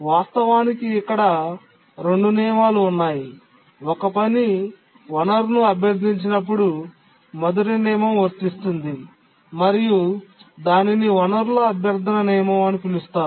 వాస్తవానికి ఇక్కడ రెండు నియమాలు ఉన్నాయి ఒక పని వనరును అభ్యర్థించినప్పుడు మొదటి నియమం వర్తిస్తుంది మరియు దానిని వనరుల అభ్యర్థన నియమం అని పిలుస్తారు